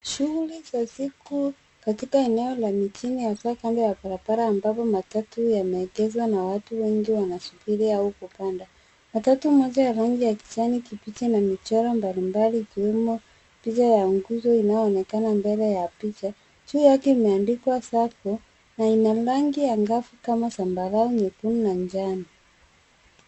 Shule za siku katika eneo la mijini hasa kando ya barabara ambapo matatu yameegeshwa na watu wengi wanasubiri au kupanda. Matatu moja ya rangi ya kijani kibichi na michoro mbalimbali ikiwemo picha ya nguzo inayoonekana mbele ya picha. Juu yake imeandikwa sacco na ina rangi angavu zambarau, nyekundu na njano.